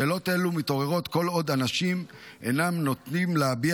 שאלות אלו מתעוררות כל עוד אנשים אינם נוטים להביע